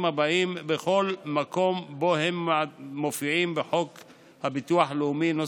הבאים בכל מקום שבו הם מופיעים בחוק הביטוח הלאומי ,